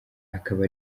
akaba